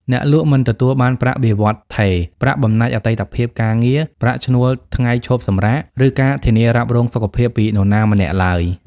អ្នកលក់មិនទទួលបានប្រាក់បៀវត្សរ៍ថេរ ប្រាក់បំណាច់អតីតភាពការងារ ប្រាក់ឈ្នួលថ្ងៃឈប់សម្រាក ឬការធានារ៉ាប់រងសុខភាពពីនរណាម្នាក់ឡើយ។